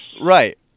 Right